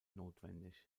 notwendig